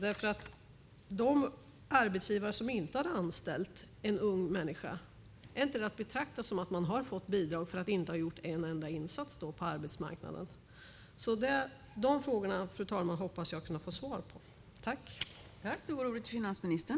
Är inte de arbetsgivare som inte har anställt en ung människa att betrakta som bidragstagare utan att ha gjort en enda insats på arbetsmarknaden? Jag hoppas kunna få svar på dessa frågor, fru talman.